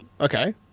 Okay